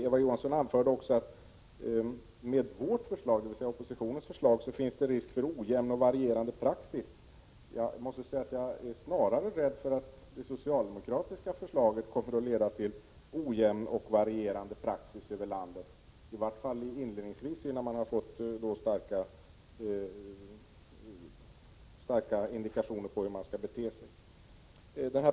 Eva Johansson anförde också att det med oppositionens förslag, dvs. vårt förslag, finns risk för ojämn och varierande praxis. Jag är snarare rädd för att det socialdemokratiska förslaget kommer att leda till ojämn och varierande praxis över landet, i vart fall inledningsvis innan man har fått starka indikationer på hur man skall bete sig.